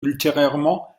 ultérieurement